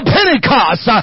Pentecost